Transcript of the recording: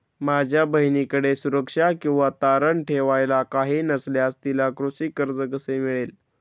माझ्या बहिणीकडे सुरक्षा किंवा तारण ठेवायला काही नसल्यास तिला कृषी कर्ज कसे मिळेल?